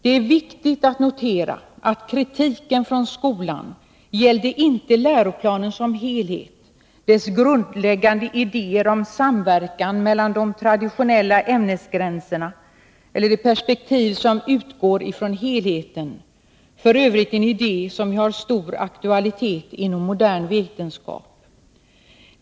Det är viktigt att notera att kritiken från skolan inte gällde läroplanen som helhet, dess grundläggande idéer om samverkan över de traditionella ämnesgränserna eller det perspektiv som utgår från helheten — f. ö. en idé som har stor aktualitet inom modern vetenskap.